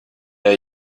der